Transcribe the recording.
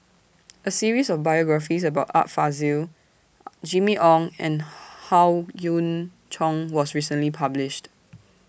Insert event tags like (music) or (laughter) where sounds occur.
A series of biographies about Art Fazil (noise) Jimmy Ong and Howe Yoon Chong was recently published